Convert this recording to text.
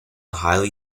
highly